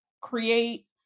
create